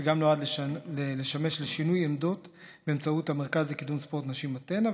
שגם נועד לשמש לשינוי עמדות באמצעות המרכז לקידום ספורט נשים אתנה,